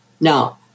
Now